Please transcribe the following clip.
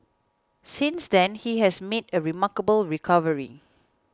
since then he has made a remarkable recovery